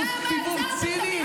טיפה ממלכתיות בזמן מלחמה,